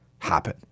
Happen